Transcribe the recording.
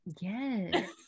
Yes